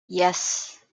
yes